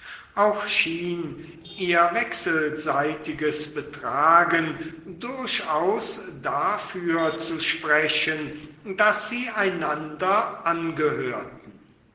auch schien ihr wechselseitiges betragen durchaus dafür zu sprechen daß sie einander angehörten